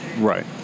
Right